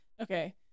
okay